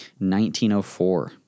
1904